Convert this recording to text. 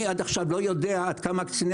אני עד עכשיו לא יודע עד כמה קציני